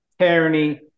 tyranny